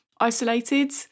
isolated